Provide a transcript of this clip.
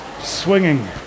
swinging